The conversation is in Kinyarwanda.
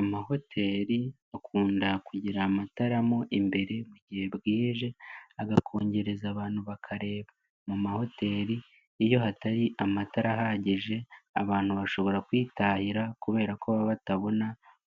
Amahoteri akunda kugira amatara mo imbere, mu gihe bwije agakongereza abantu bakareba. Mu mahoteri iyo hatari amatara ahagije, abantu bashobora kwitahira kubera ko baba batabona